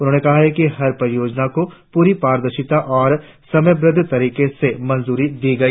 उन्होंने कहा कि हर परियोजना को पूरी पारदर्शिता से और समयबद्ध तरीके से मंजूरी दी गई